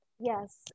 Yes